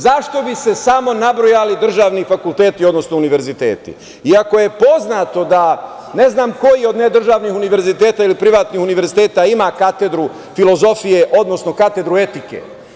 Zašto bi se samo nabrojali državni fakulteti, odnosno univerziteti iako je poznato da, ne znam koji od nedržavnih univerziteta ili privatnih univerziteta ima katedru filozofije, odnosno katedru etike.